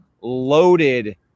loaded